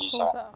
close lah